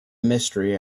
mystery